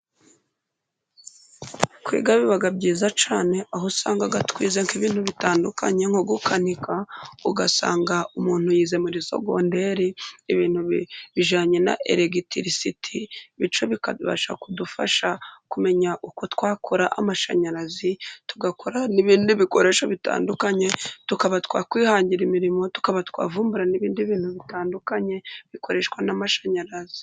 Kwiga biba byiza cyane ,aho usanga twize nk'ibintu bitandukanye ,nko gukanika ,ugasanga umuntu yize muri sogonderi ibintu bijanye na elegitilisiti ,bityo bikabasha kudufasha kumenya uko twakora amashanyarazi, tugakora ni'ibindi bikoresho bitandukanye ,tuba twakwihangira imirimo, tukaba twavumbura n'ibindi bintu bitandukanye bikoreshwa, n'amashanyarazi.